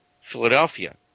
Philadelphia